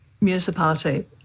municipality